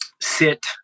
Sit